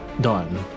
done